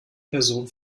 person